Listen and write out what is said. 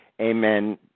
Amen